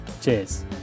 Cheers